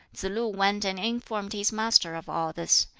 tsz-lu went and informed his master of all this.